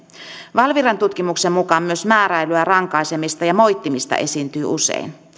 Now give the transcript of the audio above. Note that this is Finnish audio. valviran tutkimuksen mukaan myös määräilyä rankaisemista ja moittimista esiintyy usein myös